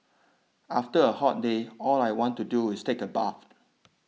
after a hot day all I want to do is take a bath